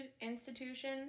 institution